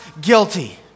guilty